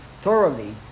thoroughly